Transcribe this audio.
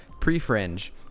Pre-Fringe